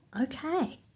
okay